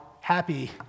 happy